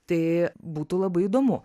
tai būtų labai įdomu